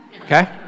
Okay